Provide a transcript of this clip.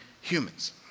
humans